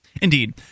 Indeed